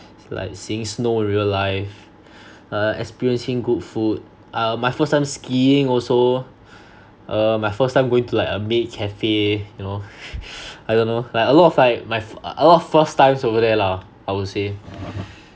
like seeing snow real life err experiencing good food uh my first time skiing also err my first time going to like a maid cafe you know I don't know like a lot of like my f~ a lot of first times over there lah I would say